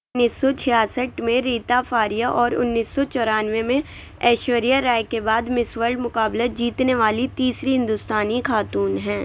انیس سو چھیاسٹھ میں ریتا فاریہ اور انیس سو چورانوے میں ایشوریا رائے کے بعد مس ورلڈ مقابلہ جیتنے والی تیسری ہندوستانی خاتون ہیں